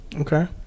Okay